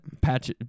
patch